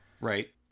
right